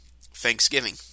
Thanksgiving